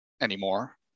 Anymore